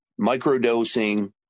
microdosing